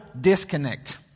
disconnect